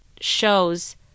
shows